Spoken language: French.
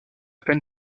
peine